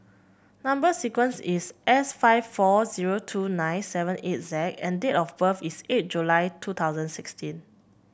number sequence is S five four zero two nine seven eight Z and date of birth is eight July two thousand sixteen